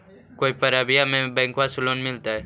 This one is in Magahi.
कोई परबिया में बैंक से लोन मिलतय?